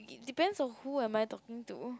depends on who am I talking to